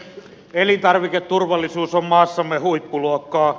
elintarviketurvallisuus on maassamme huippuluokkaa